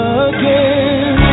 again